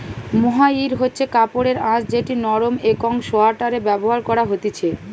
mohair হচ্ছে কাপড়ের আঁশ যেটি নরম একং সোয়াটারে ব্যবহার করা হতিছে